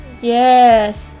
Yes